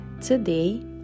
Today